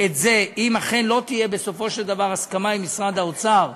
אם אכן לא תהיה בסופו של דבר הסכמה עם משרד האוצר,